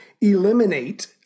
eliminate –